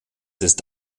ist